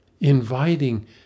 inviting